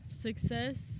Success